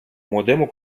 młodemu